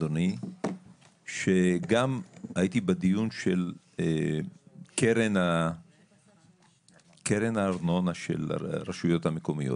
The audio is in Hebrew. גם הייתי בדיון של קרן הארנונה של הרשויות המקומיות.